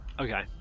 Okay